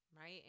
right